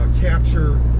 capture